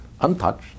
Untouched